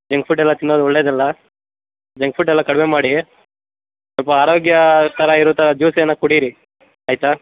Jung food ಎಲ್ಲ ತಿನ್ನೋದು ಒಳ್ಳೇದಲ್ಲ ಜಂಗ್ ಫುಡ್ ಎಲ್ಲ ಕಡಿಮೆ ಮಾಡಿ ಸ್ವಲ್ಪ ಆರೋಗ್ಯ ಥರ ಇರುತ್ತ ಜ್ಯೂಸ್ ಏನು ಕುಡೀರಿ ಆಯಿತಾ